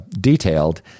detailed